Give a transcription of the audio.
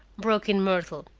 broke in myrtle.